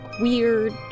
weird